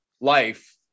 life